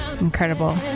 incredible